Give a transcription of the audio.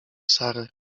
sarę